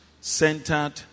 centered